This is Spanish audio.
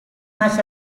más